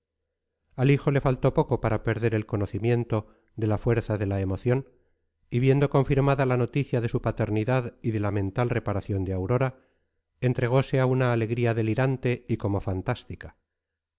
al hijo le faltó poco para perder el conocimiento de la fuerza de la emoción y viendo confirmada la noticia de su paternidad y de la mental reparación de aurora entregose a una alegría delirante y como fantástica